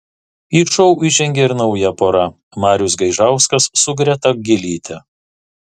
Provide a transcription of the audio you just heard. į šou įžengė ir nauja pora marius gaižauskas su greta gylyte